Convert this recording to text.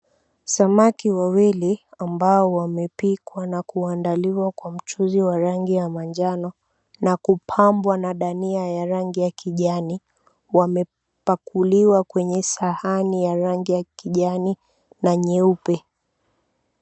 Samaki wawili ambaao wame pikwa na kuandaliwa kwa mchuzi wa rangi ya manjano na kupambwa na dania ya rangi ya kijani wamepakuliwa kwenye sahani ya rangi ya kijani na nyeupe.